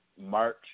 March